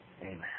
Amen